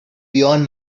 beyond